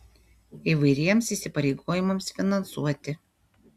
įvairiems įsipareigojimams finansuoti